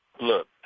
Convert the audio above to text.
Look